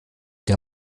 der